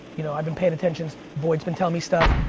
you know i've been paying attention. boyd's been telling me stuff.